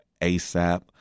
asap